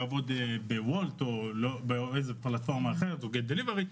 חמישי ולעבוד בוולט או בפלטפורמה אחרת או גט דליברי,